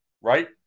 right